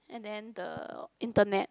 and then the internet